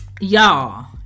Y'all